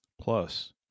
plus